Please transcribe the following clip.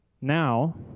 Now